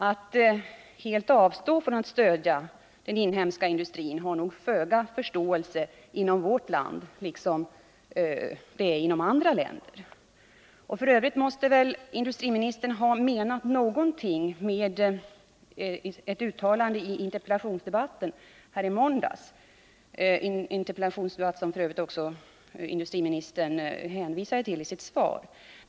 Att helt avstå från att stödja den inhemska industrin möter nog föga förståelse inom vårt land. Det är ju på samma sätt inom andra länder. F. ö. måste väl industriministern ha menat någonting med sitt uttalande i interpellationsdebatten här i måndags, som f. ö. industriministern också hänvisade till i sitt svar.